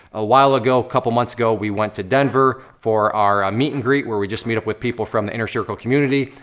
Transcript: a while ago, couple months ago, we went to denver for our meet and greet when we just meet up with people from the inner circle community.